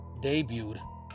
debuted